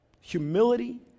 humility